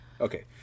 Okay